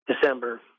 December